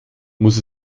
muss